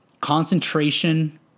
concentration